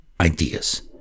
ideas